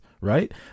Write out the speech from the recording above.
right